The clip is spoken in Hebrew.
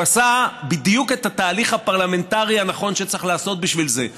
הוא עשה בדיוק את התהליך הפרלמנטרי הנכון שצריך לעשות בשביל זה: